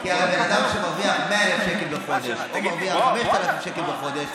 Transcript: כי בן אדם שמרוויח 100,000 שקל בחודש או מרוויח 5,000 שקל בחודש,